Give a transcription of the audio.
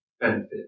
benefit